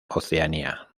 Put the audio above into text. oceanía